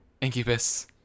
Incubus